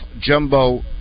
Jumbo